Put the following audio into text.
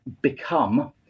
become